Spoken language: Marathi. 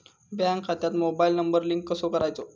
बँक खात्यात मोबाईल नंबर लिंक कसो करायचो?